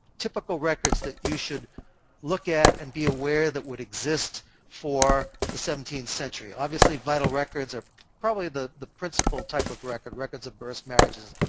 typical records that you should look at and be aware that would exist for the seventeenth century. obviously vital records are probably the the principal type of record records of births, marriages,